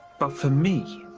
but, for me,